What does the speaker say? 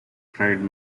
cried